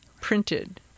printed